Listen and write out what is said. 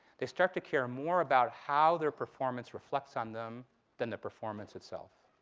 they start to care more about how their performance reflects on them than the performance itself.